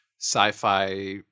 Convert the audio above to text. sci-fi